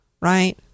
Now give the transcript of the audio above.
right